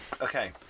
okay